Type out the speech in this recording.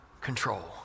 control